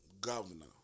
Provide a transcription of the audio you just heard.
governor